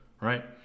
right